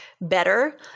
better